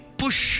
push